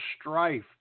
strife